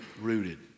rooted